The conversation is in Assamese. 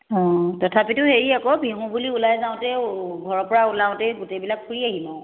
অঁ তথাপিতো হেৰি আকৌ বিহু বুলি ওলাই যাওঁতেও ঘৰৰ পৰা ওলাওঁতেই গোটেইবিলাক ফুৰি আহিম আৰু